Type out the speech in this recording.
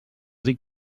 dic